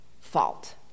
fault